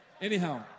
Anyhow